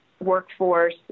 workforce